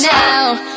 now